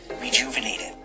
rejuvenated